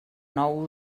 nou